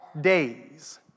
days